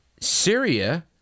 Syria